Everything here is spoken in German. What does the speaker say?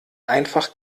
einfach